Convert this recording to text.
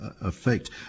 effect